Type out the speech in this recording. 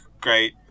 great